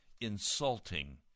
insulting